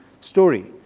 story